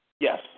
Yes